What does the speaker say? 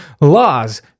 laws